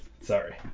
Sorry